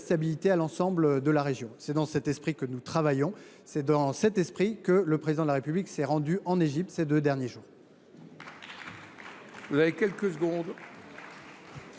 stabilité à l’ensemble de la région. C’est dans cet esprit que nous agissons. C’est dans cet esprit que le Président de la République s’est rendu en Égypte ces deux derniers jours.